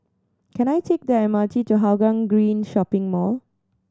can I take the M R T to Hougang Green Shopping Mall